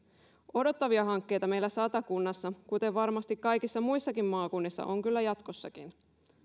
odottavia hankkeita meillä satakunnassa kuten varmasti kaikissa muissakin maakunnissa on kyllä jatkossakin